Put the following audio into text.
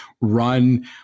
run